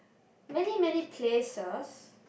many many places